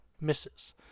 misses